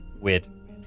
weird